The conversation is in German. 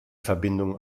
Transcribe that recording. verbindung